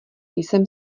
jsem